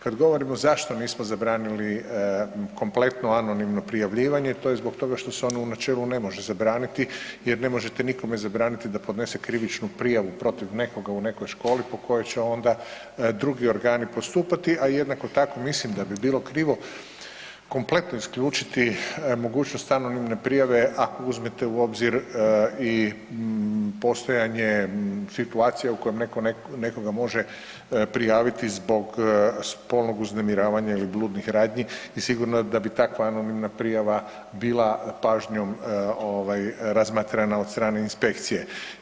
Kad govorimo zašto nismo zabranili kompletno anonimno prijavljivanje, to je zbog toga što se ono u načelu ne može zabraniti, jer ne možete nikome zabraniti da podnese krivičnu prijavu protiv nekoga u nekoj školi po kojoj će onda drugi organi postupati, a jednako tako mislim da bi bilo krivo kompletno isključiti mogućnost anonimne prijave, ako uzmete u obzir i postojanje situacija u kojem netko nekoga može prijaviti zbog spolnog uznemiravanja ili bludnih radnji i sigurno da bi takva anonimna prijava bila pažnjom razmatrana od strane inspekcije.